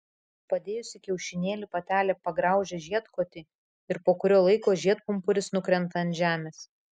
padėjusi kiaušinėlį patelė pagraužia žiedkotį ir po kurio laiko žiedpumpuris nukrenta ant žemės